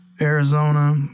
Arizona